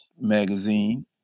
magazine